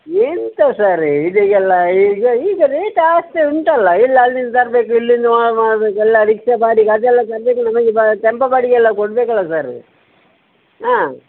ಎಂತ ಸರ್ ಇದು ಎಲ್ಲ ಈಗ ಈಗ ರೇಟ್ ಆಗ್ತಾ ಉಂಟಲ್ಲ ಎಲ್ಲ ಅಲ್ಲಿಂದ ತರಬೇಕು ಇಲ್ಲಿಂದ ಮಾಡಬೇಕು ಎಲ್ಲ ರಿಕ್ಷಾ ಬಾಡ್ಗೆ ಅದೆಲ್ಲ ತಂದಿಲ್ಲ ನಮ್ಗೆ ಟೆಂಪ ಬಾಡಿಗೆ ಎಲ್ಲ ಕೊಡಬೇಕಲ್ಲ ಸರ್ ಹಾಂ